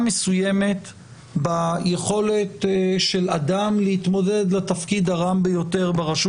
מסוימת ביכולת של אדם להתמודד לתפקיד הרם ביותר ברשות